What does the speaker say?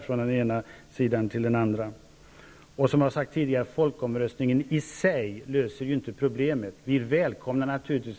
och där en kärna till det gemensamma engagemanget är att rädda Östersjön som ett levande hav.